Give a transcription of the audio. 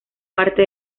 parte